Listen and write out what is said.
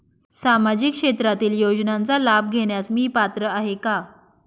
सामाजिक क्षेत्रातील योजनांचा लाभ घेण्यास मी पात्र आहे का?